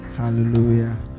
Hallelujah